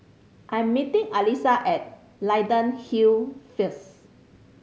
I am meeting Alisa at Leyden Hill first